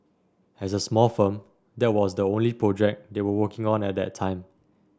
as a small firm that was the only project they were working on at the time